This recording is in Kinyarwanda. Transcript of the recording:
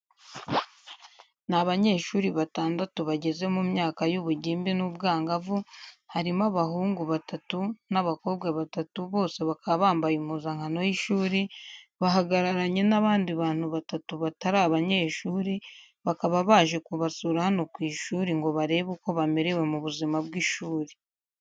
Ni abanyeshuri batandatu bageze mu myaka y'ubugimbi n'ubwangavu, harimo akahungu batatu n'abakobwa batatu bose bakaba bambaye impuzankano y'ishuri, bahagararanye n'abandi bantu batatu batari abanyeshuri, bakaba baje kubasura hano ku ishuri ngo barebe uko bamerewe mu buzima bw'ishuri.